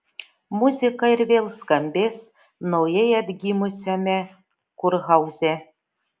muzika ir vėl skambės naujai atgimusiame kurhauze